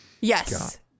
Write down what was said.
Yes